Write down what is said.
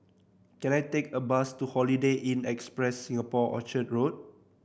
can I take a bus to Holiday Inn Express Singapore Orchard Road